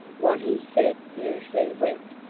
what he said usually went,